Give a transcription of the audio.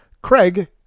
craig